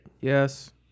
Yes